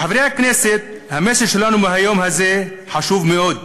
כחברי הכנסת, המסר שלנו מהיום הזה חשוב מאוד.